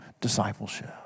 discipleship